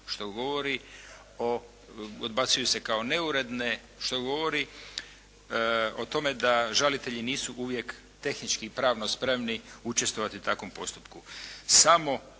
što govori, odbacuju se kao neuredne, što govori o tome da žalitelji nisu uvijek tehnički i pravno spremni učestvovati u takvom postupku. Samo